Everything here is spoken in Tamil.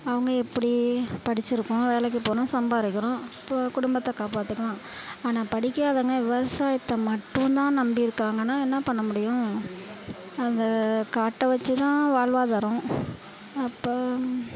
அவங்க எப்படி படித்திருக்கோம் வேலைக்கு போகணும் சம்பாதிக்கிறோம் அப்போது குடும்பத்தை காப்பாற்றிக்கலாம் ஆனால் படிக்காதவங்க விவசாயத்தை மட்டுந்தான் நம்பி இருக்காங்கன்னால் என்ன பண்ண முடியும் அந்த காட்டை வெச்சுதான் வாழ்வாதாரம் அப்போ